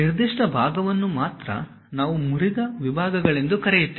ನಿರ್ದಿಷ್ಟ ಭಾಗವನ್ನು ಮಾತ್ರ ನಾವು ಮುರಿದ ವಿಭಾಗಗಳೆಂದು ಕರೆಯುತ್ತೇವೆ